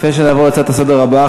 לפני שנעבור להצעה לסדר הבאה,